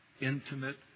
intimate